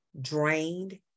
drained